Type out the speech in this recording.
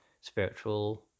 spiritual